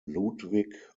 ludwig